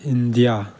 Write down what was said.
India